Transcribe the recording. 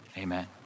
Amen